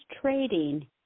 trading